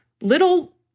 little